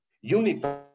unified